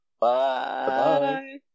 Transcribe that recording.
bye